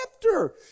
chapter